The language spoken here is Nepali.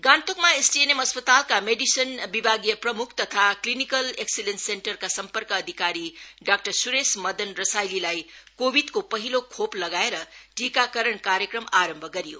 गान्तोकमा एसटीएनएम अस् तालका मेडिसन विभागीय प्रम्ख तथा क्लिनिकल एक्सिलेन्स सेन्टर का सम र्क अधिकारी डाक्टर सुरेश मदन रसाईलीलाई कोविडको हिलो खो लगाएर टीकाकरण कार्यक्रम आरम्भ गरियो